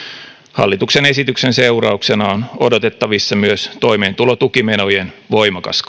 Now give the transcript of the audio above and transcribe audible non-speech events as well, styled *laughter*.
hallituksen esityksen seurauksena on odotettavissa myös toimeentulotukimenojen voimakas *unintelligible*